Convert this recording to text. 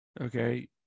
okay